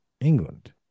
England